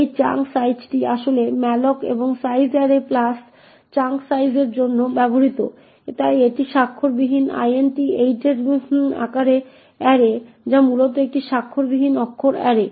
এই চাঙ্ক সাইজটি আসলে malloc এবং size array plus chunk size এর জন্য ব্যবহৃত হয় তাই এটি স্বাক্ষরবিহীন int op8 এর আকারের অ্যারে যা মূলত একটি স্বাক্ষরবিহীন অক্ষর অ্যারে